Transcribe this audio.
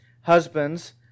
Husbands